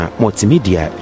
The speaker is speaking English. multimedia